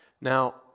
Now